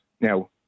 now